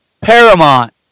Paramount